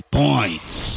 points